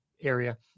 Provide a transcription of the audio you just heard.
area